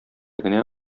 генә